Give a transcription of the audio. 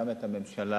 גם את הממשלה